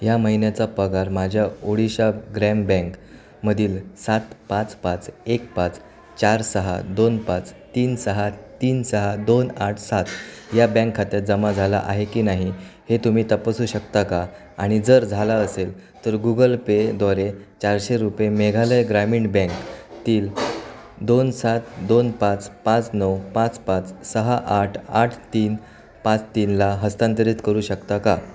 ह्या महिन्याचा पगार माझ्या ओडिशा ग्रॅम बँकमधील सात पाच पाच एक पाच चार सहा दोन पाच तीन सहा तीन सहा दोन आठ सात या बँक खात्यात जमा झाला आहे की नाही हे तुम्ही तपासू शकता का आणि जर झाला असेल तर गुगल पेद्वारे चारशे रुपये मेघालय ग्रामीण बँकतील दोन सात दोन पाच पाच नऊ पाच पाच सहा आठ आठ तीन पाच तीनला हस्तांतरित करू शकता का